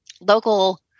local